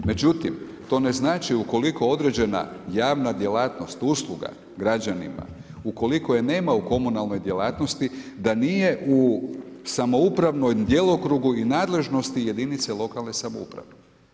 Međutim, to ne znači u koliko određena javna djelatnost usluga građanima u koliko je nema u komunalnoj djelatnosti da nije u samoupravnom djelokrugu i nadležnosti jedinice lokalne samouprave.